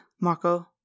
Marco